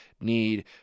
need